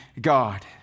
God